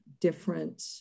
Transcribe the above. different